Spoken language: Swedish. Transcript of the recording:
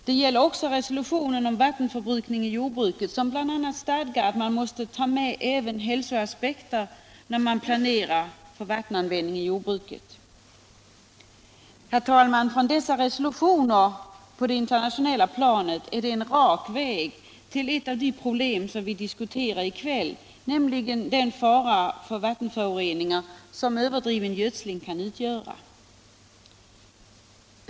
Det gäller också resolutionen om vattenförbrukning i jordbruket, som bl.a. stadgar att man måste ta med även hälsoaspekter när man planerar för vattenanvändning i jordbruket. Herr talman! Från dessa resolutioner på det internationella planet är det en rak väg till ett av de problem som vi diskuterar i kväll, nämligen den fara för vattenföroreningar som överdriven gödsling kan utgöra.